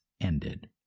ended